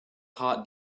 heart